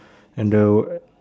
and the